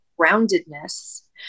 groundedness